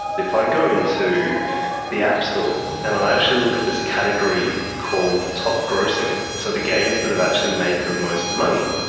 if i go into the app store and i actually look at this category called top grossing, so the games that have actually made the most money,